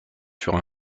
sur